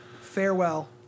farewell